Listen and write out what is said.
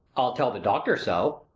i'll tell the doctor so.